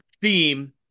Theme